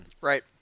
Right